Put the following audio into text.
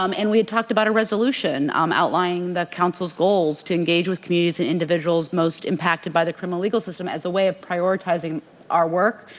um and we had talked about a resolution um outlining the councils goals to engage with communities and individuals most impacted by the criminal and legal system as a way of prioritizing our work.